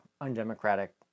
undemocratic